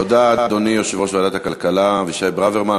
תודה, אדוני יושב-ראש ועדת הכלכלה אבישי ברוורמן.